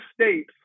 states